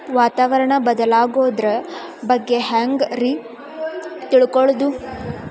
ವಾತಾವರಣ ಬದಲಾಗೊದ್ರ ಬಗ್ಗೆ ಹ್ಯಾಂಗ್ ರೇ ತಿಳ್ಕೊಳೋದು?